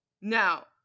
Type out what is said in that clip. now